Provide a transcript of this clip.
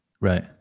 Right